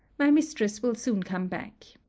my mistress will soon come back.